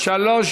שלוש